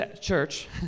church